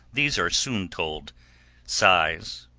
these are soon told sighs,